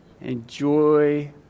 Enjoy